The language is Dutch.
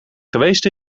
geweest